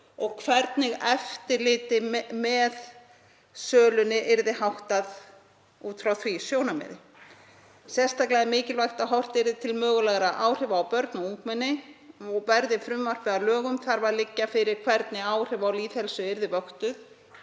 og hvernig eftirliti með sölunni yrði háttað út frá því sjónarmiði. Sérstaklega er mikilvægt að horft yrði til mögulegra áhrifa á börn og ungmenni. Verði frumvarpið að lögum þarf að liggja fyrir hvernig áhrif á lýðheilsu yrðu vöktuð